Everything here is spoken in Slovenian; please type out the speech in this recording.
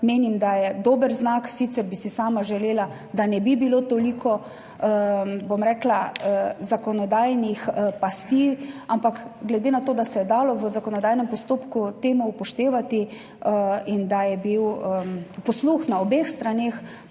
menim, da je dober znak. Sicer bi si sama želela, da ne bi bilo toliko, bom rekla, zakonodajnih pasti. Ampak glede na to, da se je dalo v zakonodajnem postopku temo upoštevati in da je bil posluh na obeh straneh